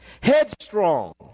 headstrong